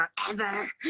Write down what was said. forever